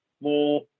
more